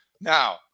Now